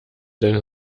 deine